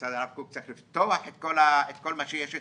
מוסד הרב קוק צריך לפתוח את כל מה שיש אצלו,